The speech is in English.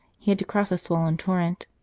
he had to cross a swollen torrent.